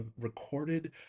recorded